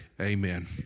Amen